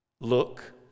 look